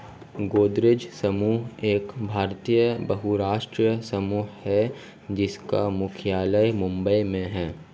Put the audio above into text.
गोदरेज समूह एक भारतीय बहुराष्ट्रीय समूह है जिसका मुख्यालय मुंबई में है